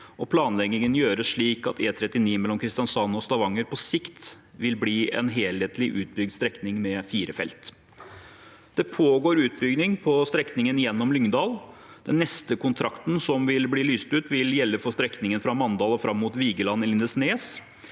og planleggingen gjøres slik at E39 mellom Kristiansand og Stavanger på sikt vil bli en helhetlig utbygd strekning med fire felt. Det pågår utbygging på strekningen gjennom Lyngdal. Den neste kontrakten som vil bli lyst ut, vil gjelde for strekningen fra Mandal og fram mot Vigeland i Lindesnes.